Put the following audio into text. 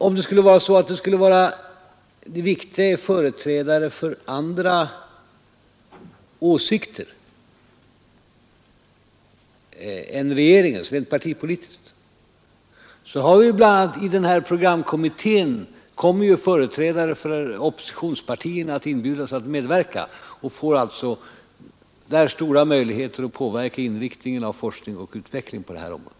För det första: Om det viktiga är att företrädare för andra åsikter, rent partipolitiskt, än regeringens skall få komma till tals, så kan jag säga att i programkommittén kommer företrädare för oppositionspartierna att inbjudas att medverka och får alltså stora möjligheter att påverka inriktningen av forskningen och utvecklingen på det här området.